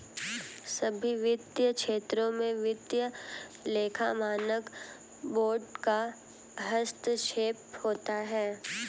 सभी वित्तीय क्षेत्रों में वित्तीय लेखा मानक बोर्ड का हस्तक्षेप होता है